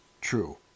true